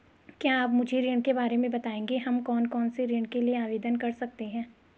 क्या आप मुझे ऋण के बारे में बताएँगे हम कौन कौनसे ऋण के लिए आवेदन कर सकते हैं?